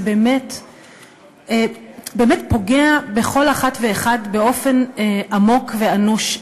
זה באמת פוגע בכל אחת ואחד באופן עמוק ואנוש.